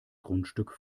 grundstück